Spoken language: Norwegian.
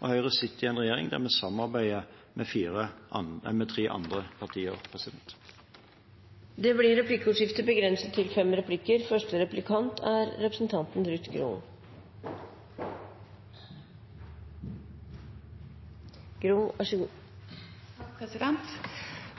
og Høyre sitter i en regjering der vi samarbeider med tre andre partier. Det blir replikkordskifte.